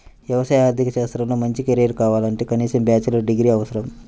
వ్యవసాయ ఆర్థిక శాస్త్రంలో మంచి కెరీర్ కావాలంటే కనీసం బ్యాచిలర్ డిగ్రీ అవసరం